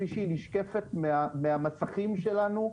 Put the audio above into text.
כפי שהיא נשקפת מהמסכים שלנו,